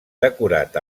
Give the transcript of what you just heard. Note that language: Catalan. decorat